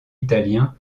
italien